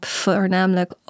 voornamelijk